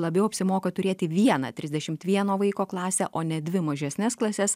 labiau apsimoka turėti vieną trisdešimt vieno vaiko klasę o ne dvi mažesnes klases